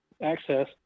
access